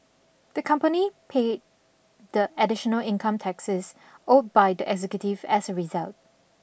the company paid the additional income taxes owed by the executive as a result